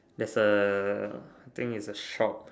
that's A I think is a shop